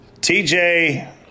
TJ